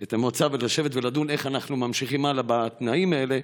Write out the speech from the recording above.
את המועצה ולשבת לדון איך אנחנו ממשיכים הלאה בתנאים האלה,